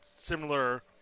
Similar